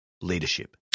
leadership